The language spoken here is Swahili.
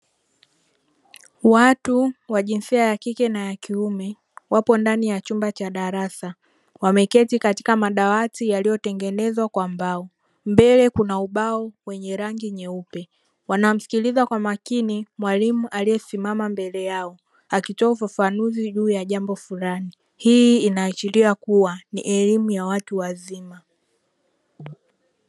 Watu wa jinsia ya kike na kiume wapo ndani ya chumba cha darasa wamekaa katika madawati yaliyotengenezwa kwa mbao, mbele kuna ubao wenye rangi nyeupe, wanamsikiliza kwa makini mwalimu aliyeko mbele yao akitoa ufafanuzi juu ya jambo fulani. Hii inaashiria kuwa ni elimu ya watu wazima.